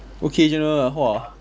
occasional ah !whoa!